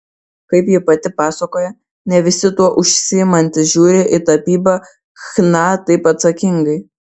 kaip ji pati pasakoja ne visi tuo užsiimantys žiūri į tapybą chna taip atsakingai